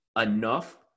enough